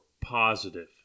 positive